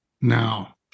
now